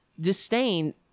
disdain